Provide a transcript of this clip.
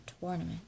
Tournament